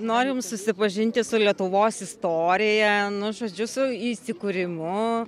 norim susipažinti su lietuvos istorija nu žodžiu su įsikūrimu